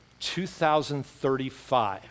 2035